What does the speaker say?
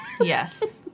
Yes